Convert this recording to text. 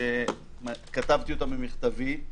שכתבתי אותה במכתבי,